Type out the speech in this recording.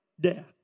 death